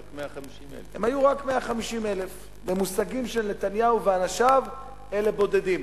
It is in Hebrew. רק 150,000. הם היו רק 150,000. במושגים של נתניהו ואנשיו אלה בודדים.